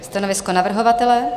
Stanovisko navrhovatele?